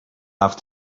have